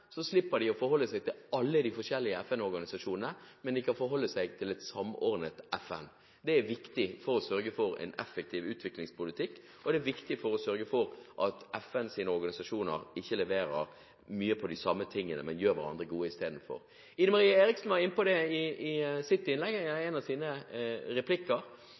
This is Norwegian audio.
de slippe å forholde seg til alle de forskjellige FN-organisasjonene, men kan forholde seg til et samordnet FN. Det er viktig for å sørge for en effektiv utviklingspolitikk, og det er viktig for å sørge for at FNs organisasjoner ikke leverer mye på de samme tingene, men gjør hverandre gode istedenfor. Ine Marie Eriksen Søreide var i en av sine replikker inne på